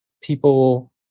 people